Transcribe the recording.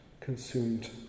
consumed